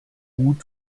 gut